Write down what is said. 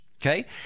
okay